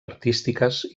artístiques